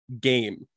game